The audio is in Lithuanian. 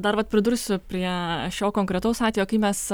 dar vat pridursiu prie šio konkretaus atvejo kai mes